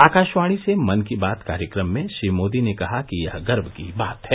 आकाशवाणी से मन की बात कार्यक्रम में श्री मोदी ने कहा कि यह गर्व की बात है